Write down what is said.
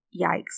yikes